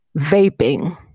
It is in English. vaping